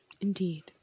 indeed